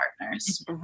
partners